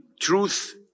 truth